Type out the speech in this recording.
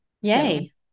Yay